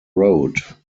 road